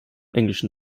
englischen